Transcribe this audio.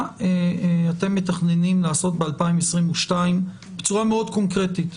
מה אתם מתכננים לעשות ב-2022 בצורה מאוד קונקרטית?